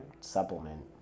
supplement